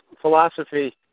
philosophy